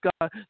God